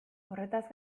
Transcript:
horretaz